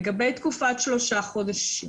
לגבי תקופת שלושה החודשים.